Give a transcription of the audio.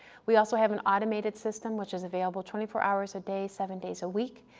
we also have an automated system which is available twenty four hours a day, seven days a week.